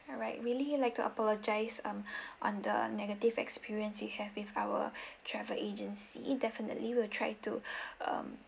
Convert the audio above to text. alright we really like to apologise um on the negative experience you have with our travel agency definitely we'll try to um